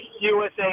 usa